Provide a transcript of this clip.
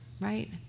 right